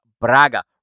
Braga